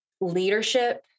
leadership